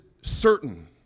certain